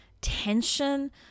tension